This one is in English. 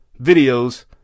videos